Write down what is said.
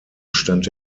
stand